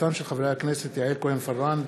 חברי הכנסת יעל כהן-פארן,